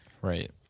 Right